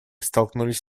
столкнулись